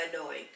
annoying